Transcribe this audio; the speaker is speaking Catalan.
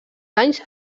anys